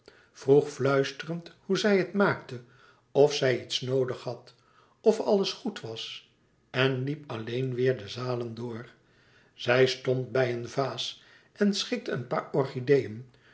vroeg fluisterend hoe zij het maakte of zij iets noodig had of alles goed was en liep alleen weêr de zalen door zij stond bij een vaas en schikte een paar